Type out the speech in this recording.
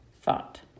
thought